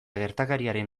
gertakariaren